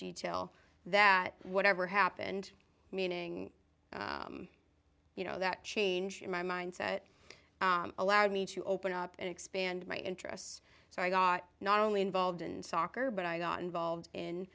detail that whatever happened meaning you know that change in my mindset allowed me to open up and expand my interests so i got not only involved in soccer but i got involved in